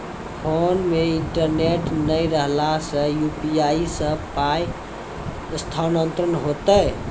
Phone मे internet नै रहला सॅ, यु.पी.आई सॅ पाय स्थानांतरण हेतै?